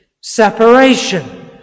separation